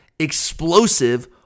explosive